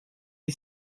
gli